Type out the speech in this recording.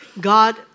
God